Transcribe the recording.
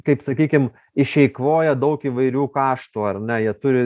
kaip sakykim išeikvoja daug įvairių kaštų ar ne jie turi